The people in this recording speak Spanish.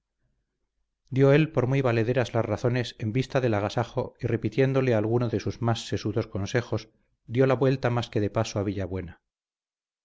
dio él por muy valederas las razones en vista del agasajo y repitiéndole alguno de sus más sesudos consejos dio la vuelta más que de paso a